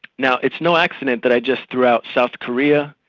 now it's no accident that i just threw out south korea,